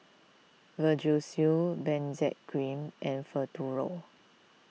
Vagisil Benzac Cream and Futuro